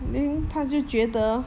then 她就觉得